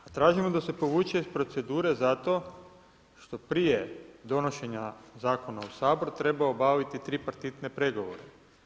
A tražimo da se povuče iz procedure zato što prije donošenja zakona u Sabor treba obaviti tripartitne pregovore.